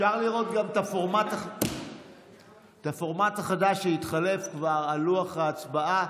את הפורמט החדש שהתחלף כבר על לוח ההצבעה,